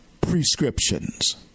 prescriptions